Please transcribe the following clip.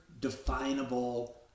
definable